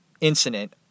incident